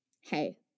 hey